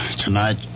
tonight